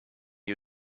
you